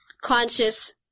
conscious